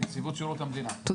ומנציבות שירות המדינה, אנחנו